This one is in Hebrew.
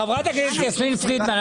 חברת הכנסת יסמין פרידמן,